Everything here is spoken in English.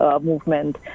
movement